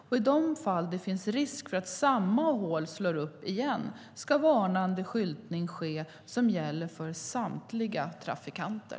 I de fall det finns risk för att samma hål slår upp igen ska varnande skyltning ske som gäller för samtliga trafikanter.